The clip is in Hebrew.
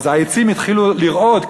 העצים התחילו לרעוד,